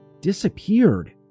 disappeared